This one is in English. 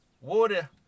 water